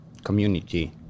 community